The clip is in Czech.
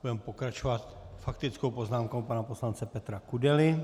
Budeme pokračovat faktickou poznámkou pana poslance Petra Kudely.